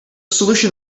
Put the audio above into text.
solution